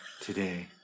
today